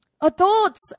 Adults